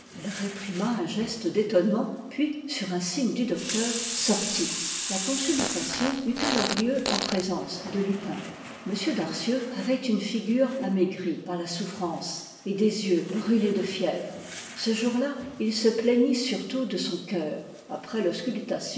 elle réprima un geste d'étonnement puis sur un signe du docteur sortit la consultation eut alors lieu en présence de lupin m darcieux avait une figure amaigrie par la souffrance et des yeux brûlés de fièvre ce jour-là il se plaignit surtout de son cœur après